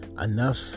Enough